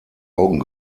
augen